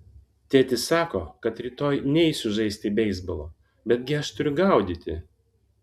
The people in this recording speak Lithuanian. tėtis sako kad rytoj neisiu žaisti beisbolo betgi aš turiu gaudyti